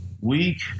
week